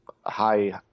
high